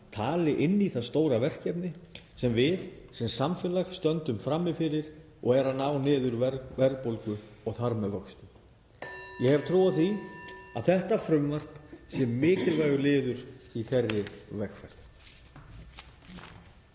tali inn í það stóra verkefni sem við sem samfélag stöndum frammi fyrir, sem er að ná niður verðbólgu og þar með vöxtum. (Forseti hringir.) Ég hef trú á því að þetta frumvarp sé mikilvægur liður í þeirri vegferð.